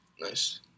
Nice